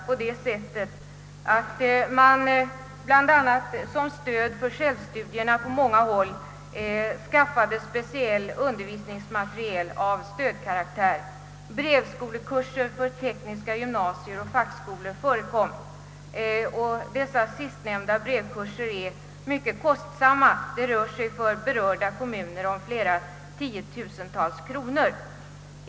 Bland annat skaffade man på många håll som stöd för självstudierna speciell undervisningsmateriel av stödkaraktär, brevskolekurser för tekniska gymnasier och fackskolor. Dessa brevskolekurser är mycket kostsamma och det rör sig för berörda kommuner om utgifter på flera tiotusental kronor.